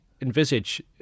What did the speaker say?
envisage